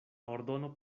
ordono